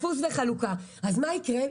אז מה יקרה?